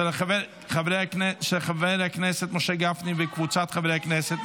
של חבר הכנסת משה גפני וקבוצת חברי הכנסת,